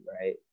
right